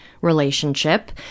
relationship